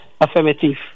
affirmative